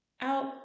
out